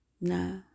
No